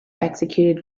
executed